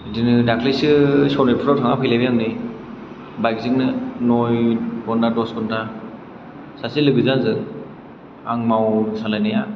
बिदिनो दाखलिसो सनितपुराव थांना फैलायबाय आं नै बाइकजोंनो नय घन्टा दस घन्टा सासे लोगोजों आंजों आं मावो सालायनाया